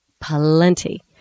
plenty